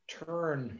turn